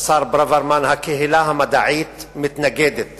השר ברוורמן, הקהילה המדעית מתנגדת